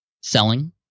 Selling